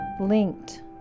linked